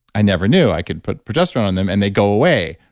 i never knew i could put progesterone on them and they go away.